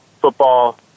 football